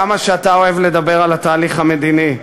כמה שאתה אוהב לדבר על התהליך המדיני.